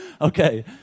Okay